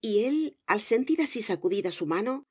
y él al sentir así sacudida su mano